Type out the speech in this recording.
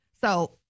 So-